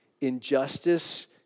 injustice